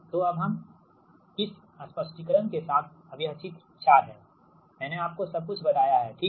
तो अब इस स्पष्टीकरण के साथ अब यह चित्र 4 है मैंने आपको सब कुछ बताया है ठीक